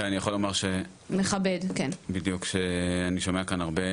תראי, אני יכול לומר בדיוק, שאני שומע כאן הרבה,